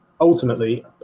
ultimately